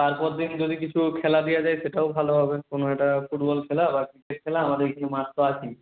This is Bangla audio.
তারপর দিন কিছু যদি খেলা দেওয়া যায় সেটাও ভালো হবে কোনো একটা ফুটবল খেলা বা ক্রিকেট খেলা আমাদের এইখানে মাঠ তো আছেই